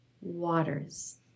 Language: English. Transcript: waters